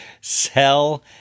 sell